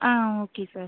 ah okay sir